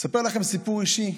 אספר לכם סיפור אישי,